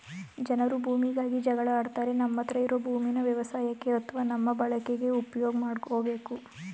ಜನರು ಭೂಮಿಗಾಗಿ ಜಗಳ ಆಡ್ತಾರೆ ನಮ್ಮತ್ರ ಇರೋ ಭೂಮೀನ ವ್ಯವಸಾಯಕ್ಕೆ ಅತ್ವ ನಮ್ಮ ಬಳಕೆಗೆ ಉಪ್ಯೋಗ್ ಮಾಡ್ಕೋಬೇಕು